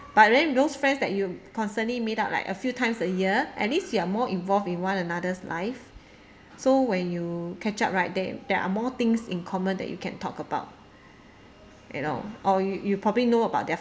but then those friends that you constantly meet up like a few times a year at least you are more involved in one another's life so when you catch up right there there are more things in common that you can talk about you know or you you probably know about their